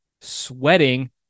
sweating